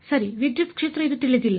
ಸರಿ ವಿದ್ಯುತ್ ಕ್ಷೇತ್ರ ಇದು ತಿಳಿದಿಲ್ಲ